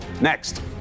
next